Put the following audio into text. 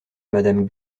madame